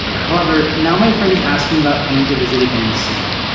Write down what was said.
however now my friend is asking about coming to visit again soon.